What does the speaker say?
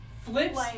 flips